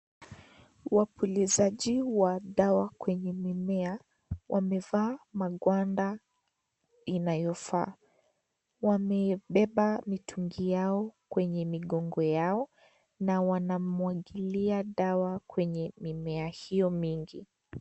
Wapulizaji wa dawa kwenye mimea wamevaa magwanda inayofaa, wamebeba mitungi yao kwenye migongo yao na wanamwagilia dawa kwenye mimea hiyo mingi.